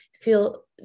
feel